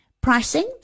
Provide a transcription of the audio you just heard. Pricing